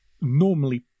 normally